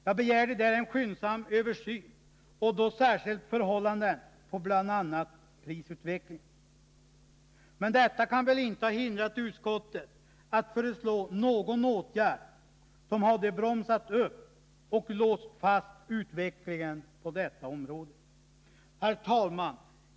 Jag begärde där en skyndsam översyn, och då särskilt av bl.a. prisutvecklingen. Men detta kan väl inte ha hindrat utskottet att föreslå någon åtgärd som hade bromsat upp och låst fast utvecklingen på detta område. Herr talman!